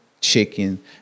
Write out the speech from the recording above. chicken